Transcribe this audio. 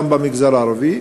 גם במגזר הערבי,